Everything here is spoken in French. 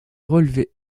relever